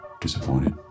disappointed